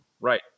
Right